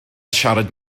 siarad